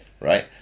right